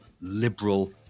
liberal